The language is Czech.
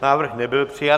Návrh nebyl přijat.